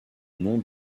nom